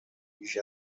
بیش